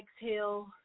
exhale